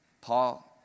Paul